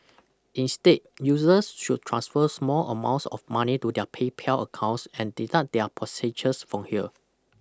instead users should transfer small amounts of money to their PayPal accounts and deduct their purchases from here